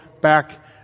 back